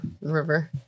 river